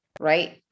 right